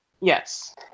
Yes